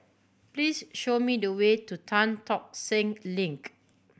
please show me the way to Tan Tock Seng Link